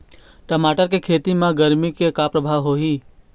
टमाटर के खेती म गरमी के का परभाव होही?